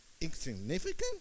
Insignificant